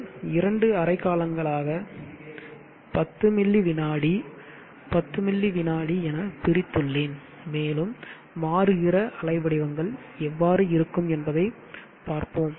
நான் இரண்டு அரை காலங்களாக பத்து மில்லி விநாடி பத்து மில்லி விநாடி எனப் பிரித்துள்ளேன் மேலும் மாறுகிற அலைவடிவங்கள் எவ்வாறு இருக்கும் என்பதைப் பார்ப்போம்